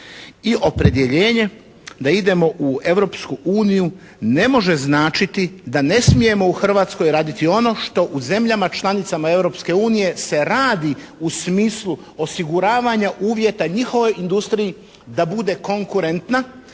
i opredjeljenje da idemo u Europsku uniju ne može značiti da ne smijemo u Hrvatskoj raditi ono što u zemljama članicama Europske unije se radi u smislu osiguravanja uvjeta njihovoj industriji da bude konkurentna.